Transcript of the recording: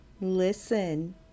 listen